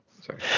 Sorry